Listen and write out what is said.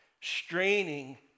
straining